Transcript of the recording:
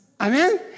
Amen